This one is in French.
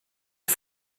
est